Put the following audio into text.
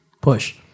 Push